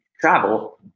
travel